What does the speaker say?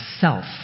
self